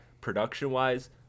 production-wise